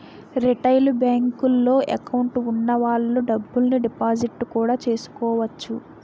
retail బేంకుల్లో account వున్న వాళ్ళు డబ్బుల్ని డిపాజిట్టు కూడా చేసుకోవచ్చు